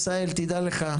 עשאל תדע לך,